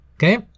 Okay